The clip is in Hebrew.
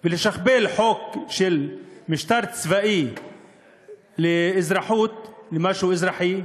ולשכפל חוק של משטר צבאי למשהו אזרחי,